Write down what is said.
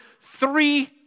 three